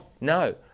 No